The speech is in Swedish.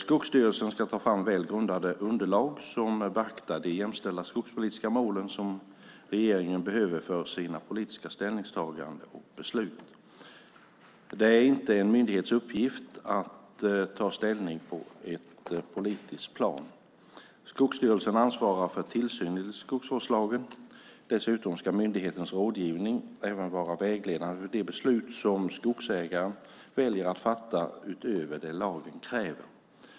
Skogsstyrelsen ska ta fram väl grundade underlag, som beaktar de jämställda skogspolitiska målen, som regeringen behöver för sina politiska ställningstaganden och beslut. Det är inte en myndighets uppgift att ta ställning på ett politiskt plan. Skogsstyrelsen ansvarar för tillsyn enligt skogsvårdslagen. Dessutom ska myndighetens rådgivning även vara vägledande för de beslut som skogsägaren väljer att fatta utöver det lagen kräver.